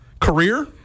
career